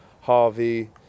Harvey